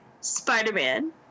Spider-Man